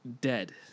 dead